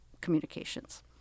communications